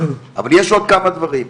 אבל יש עוד כמה דברים.